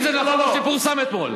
אם זה נכון מה שפורסם אתמול.